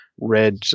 red